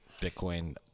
bitcoin